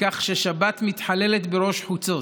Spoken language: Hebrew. ששבת מחוללת בראש חוצות.